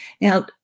Now